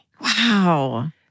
Wow